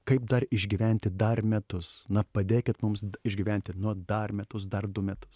kaip dar išgyventi dar metus na padėkit mums išgyventi nu dar metus dar du metus